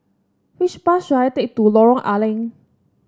which bus should I take to Lorong A Leng